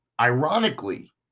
Ironically